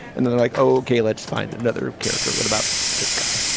and they're like, okay, let's find another character what about this guy?